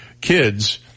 kids